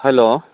hello